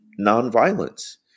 nonviolence